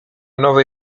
nowy